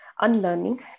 unlearning